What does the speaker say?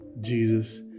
Jesus